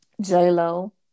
J-Lo